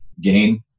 gain